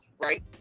right